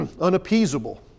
unappeasable